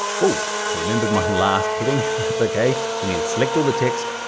woah, it's remembered my last heading that's okay. we need to select all the text,